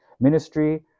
ministry